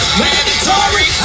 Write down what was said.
mandatory